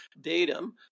datum